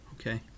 Okay